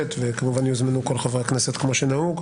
בנושא,